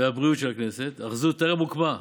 והבריאות של הכנסת, אך זו טרם הוקמה,